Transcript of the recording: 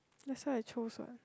that's why I choose what